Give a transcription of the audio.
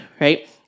Right